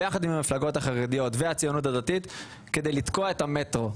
ביחד עם המפלגות החרדיות והציונות הדתית כדי לתקוע את המטרו.